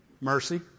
Mercy